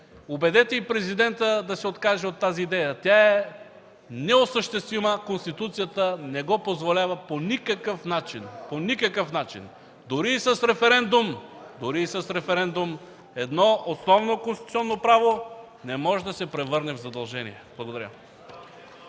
Убедете и президента да се откаже от нея. Тя е неосъществима, Конституцията не го позволява по никакъв начин, по никакъв начин! Дори и с референдум едно основно конституционно право не може да се превърне в задължение. Благодаря.